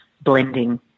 blending